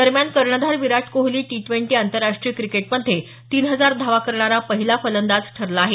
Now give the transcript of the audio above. दरम्यान कर्णधार Virat Kohli T twenty आंतरराष्ट्रीय क्रिकेटमध्ये तीन हजार धावा करणारा पहिला फलंदाज ठरला आहे